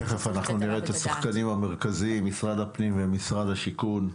תכף נראה את השחקנים המרכזיים כמו משרד הפנים ומשרד השיכון,